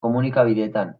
komunikabideetan